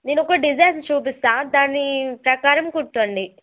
నేను ఒక డిజైన్ చూపిస్తాను దాని ప్రకారం కుట్టండీ